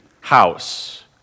house